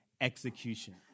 execution